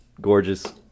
Gorgeous